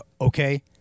okay